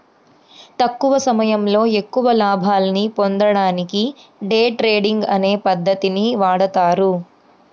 తక్కువ సమయంలో ఎక్కువ లాభాల్ని పొందడానికి డే ట్రేడింగ్ అనే పద్ధతిని వాడతారు